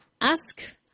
ask